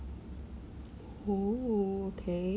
oh okay